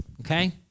okay